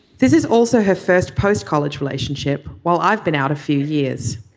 this is also her first post college relationship. while i've been out a few years.